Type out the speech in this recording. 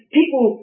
people